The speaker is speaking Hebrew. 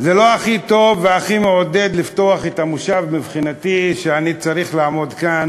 זה לא הכי טוב והכי מעודד לפתוח את המושב מבחינתי כשאני צריך לעמוד כאן